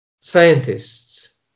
scientists